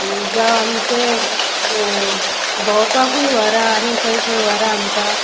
जावं आमचें भोंवपाकूय व्हरा आनी खंय खंय व्हर आमकां